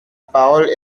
parole